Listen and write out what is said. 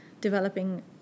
developing